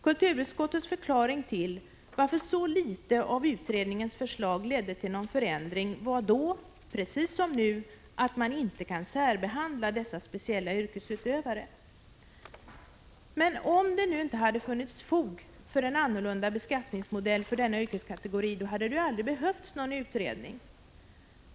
Kulturutskottets förklaring till att så litet av utredningens förslag ledde till någon förändring var då — precis som nu — att man inte kan särbehandla dessa speciella yrkesutövare. Men om det nu inte hade funnits fog för en annorlunda beskattningsmodell för denna yrkeskategori, hade det ju aldrig behövts någon utredning.